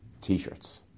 t-shirts